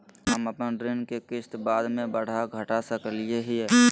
हम अपन ऋण के किस्त बाद में बढ़ा घटा सकई हियइ?